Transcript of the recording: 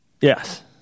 Yes